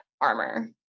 armor